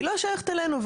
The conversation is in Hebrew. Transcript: היא לא שייכת אלינו.